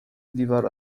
دیوار